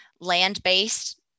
land-based